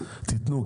תתנו,